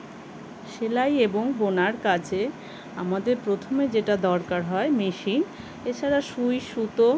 সেলাই এবং বোনার কাজে আমাদের প্রথমে যেটা দরকার হয় মেশিন এছাড়া সুঁই সুতো